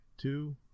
two